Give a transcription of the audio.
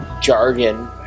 jargon